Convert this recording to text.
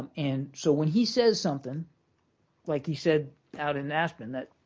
and so when he says something like he said out in aspen, that